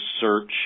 search